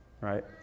Right